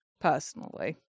Personally